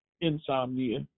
insomnia